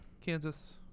Kansas